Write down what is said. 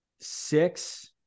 six